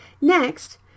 Next